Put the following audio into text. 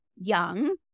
young